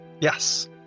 yes